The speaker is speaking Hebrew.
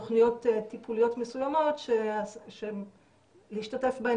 תוכניות טיפול מסוימות שלהשתתף בהן